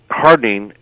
hardening